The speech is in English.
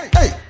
hey